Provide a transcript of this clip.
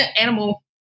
animal